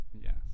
Yes